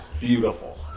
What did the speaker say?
Beautiful